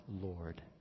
Lord